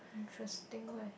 interesting leh